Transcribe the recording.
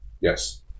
Yes